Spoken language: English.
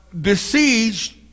besieged